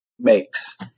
makes